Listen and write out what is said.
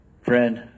Friend